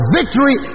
victory